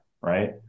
right